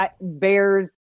bears